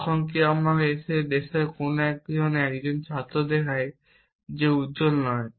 তখন কেউ একজন এসে আমাকে দেশের কোন এক কোণে 1 জন ছাত্র দেখায় যে উজ্জ্বল নয়